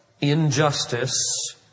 injustice